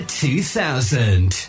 2000